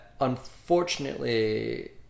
unfortunately